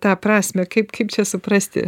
tą prasmę kaip kaip čia suprasti